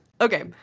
Okay